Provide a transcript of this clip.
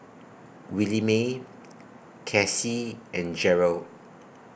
Williemae Casie and Jerold